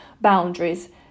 boundaries